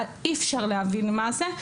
אי אפשר להבין מה זה.